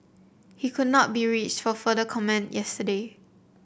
he could not be reached for further comment yesterday